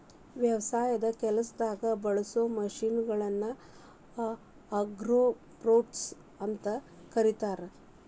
ವ್ಯವಸಾಯದ ಕೆಲಸದಾಗ ಬಳಸೋ ಮಷೇನ್ ಗಳನ್ನ ಅಗ್ರಿರೋಬೊಟ್ಸ್ ಅಂತ ಕರೇತಾರ